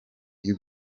you